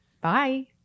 Bye